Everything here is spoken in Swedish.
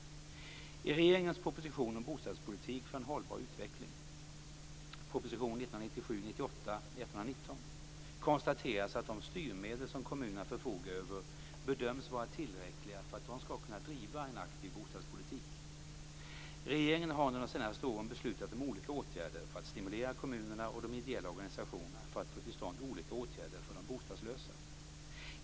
I regeringens proposition om bostadspolitik för en hållbar utveckling konstateras att de styrmedel som kommunerna förfogar över bedöms vara tillräckliga för att de skall kunna driva en aktiv bostadspolitik. Regeringen har under de senaste åren beslutat om olika åtgärder för att stimulera kommunerna och de ideella organisationerna för att få till stånd olika åtgärder för de bostadslösa.